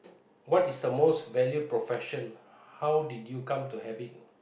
what is the most value profession how did you come to have it